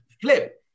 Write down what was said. flip